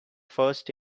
first